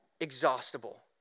exhaustible